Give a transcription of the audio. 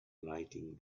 lighting